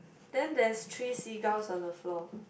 then there's three seagulls on the floor